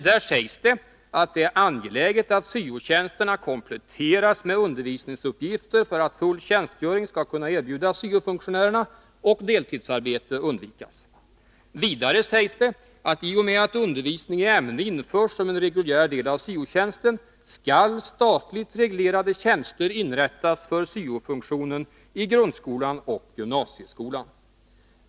Däri sägs det att det är angeläget att syo-tjänsterna kompletteras med undervisningsuppgifter för att full tjänstgöring skall kunna erbjudas syo-funktionärerna och deltidsarbete undvikas. Vidare sägs det att i och med att undervisning i ämnet införs som en reguljär del av syo-tjänsten skall statligt reglerade tjänster inrättas för syo-funktionen i grundskolan och gymnasieskolan.